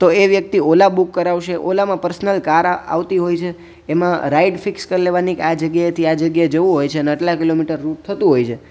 તો એ વ્યક્તિ ઓલા બુક કરાવશે ઓલામાં પર્સનલ કાર આવતી હોય છે એમાં રાઈડ ફિક્સ કરી લેવાની કે આ જગ્યાએથી આ જ્ગ્યાએ જવું હોય છે અને આટલાં કિલોમીટર રૂટ થતું હોય છે